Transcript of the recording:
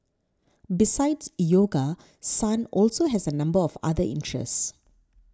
besides yoga Sun also has a number of other interests